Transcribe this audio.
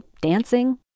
dancing